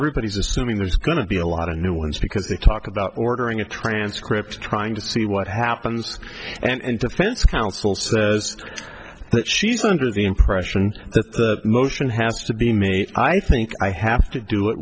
everybody's assuming there's going to be a lot of new ones because they talk about ordering a transcript trying to see what happens and defense counsel says that she's under the impression that motion has to be made i think i have to do it